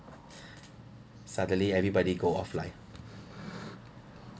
suddenly everybody go offline